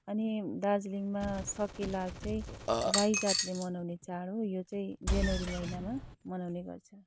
अनि दार्जिलिङमा सकेला चाहिँ राई जातले मनाउने चाड हो यो चाहिँ जनवरी महिनामा मनाउने गर्छ